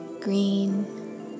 green